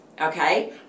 Okay